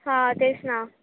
हां तेच ना